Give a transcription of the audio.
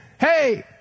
hey